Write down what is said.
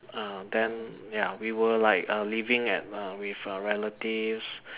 uh then ya we were like err living at uh with uh relatives